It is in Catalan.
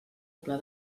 pla